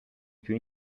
più